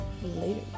Later